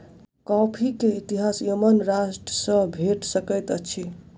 coffee के इतिहास Yemen राष्ट्र सॅ भेट सकैत अछि